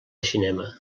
cinema